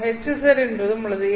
மற்றும் Hz என்பதும் உள்ளது